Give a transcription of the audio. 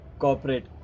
corporate